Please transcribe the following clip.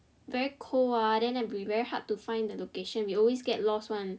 very cold ah then very hard to find the location we always get lost [one]